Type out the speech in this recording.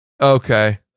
Okay